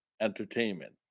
entertainment